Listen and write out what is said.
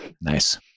Nice